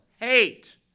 hate